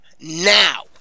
now